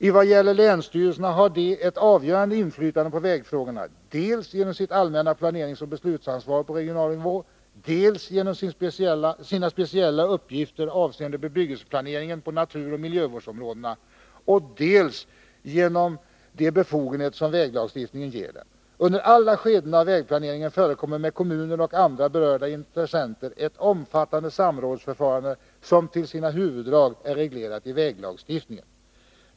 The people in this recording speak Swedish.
I vad gäller länsstyrelserna har de ett avgörande inflytande på vägfrågorna dels genom sitt allmänna planeringsoch beslutsansvar på regional nivå, dels genom sina speciella uppgifter avseende bebyggelseplaneringen och naturoch miljövårdsområdena och dels genom de befogenheter som väglagstiftningen ger dem. Under alla skeden av vägplaneringen förekommer med kommuner och andra berörda intressenter ett omfattande samrådsförfarande som till sina huvuddrag är reglerat i väglagstiftningen.